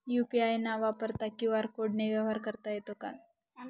UPI न वापरता QR कोडने व्यवहार करता येतो का?